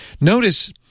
Notice